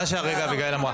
מה שאביגיל אמרה.